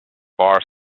bar